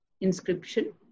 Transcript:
inscription